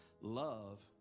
Love